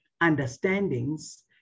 understandings